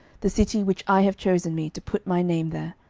the city which i have chosen me to put my name there.